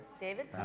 David